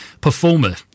performer